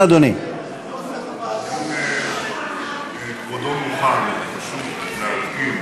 אם כבודו מוכן פשוט להדגים